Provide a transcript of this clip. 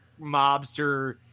mobster